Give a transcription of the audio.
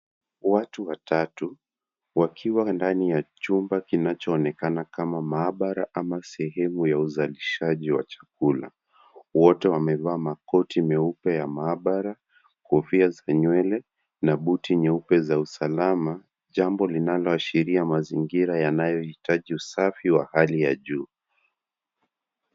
Watu watatu wakiwa ndani ya chumba kinachoonekana kama maabara ama sehemu ya uzalishaji wa chakula. Wote wamevaa makoti meupe ya maabara, kofia za nywele na buti nyeupe za usalama jambo linaloashiria mazingira yanayohitaji usafi wa hali ya juu.